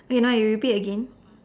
okay now you repeat again